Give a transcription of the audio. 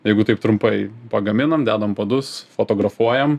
jeigu taip trumpai pagaminam dedam padus fotografuojam